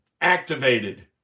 activated